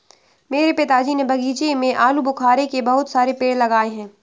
मेरे पिताजी ने बगीचे में आलूबुखारे के बहुत सारे पेड़ लगाए हैं